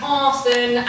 arson